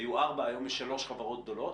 היו ארבע והיום יש שלוש חברות גדולות.